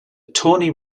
tawny